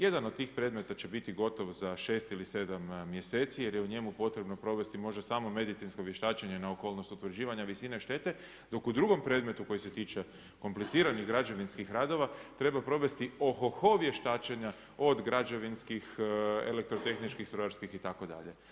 Jedan od tih predmeta će biti gotov za šest ili sedam mjeseci jer je u njemu potrebno provesti možda samo medicinsko vještačenje na okolnost utvrđivanja visine šteta dok u predmetu koji se tiče kompliciranih građevinskih radova treba provesti ohoho vještačenja od građevinskih, elektrotehničkih, strojarskih itd.